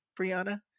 Brianna